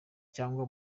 cyangwa